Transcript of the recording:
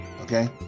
Okay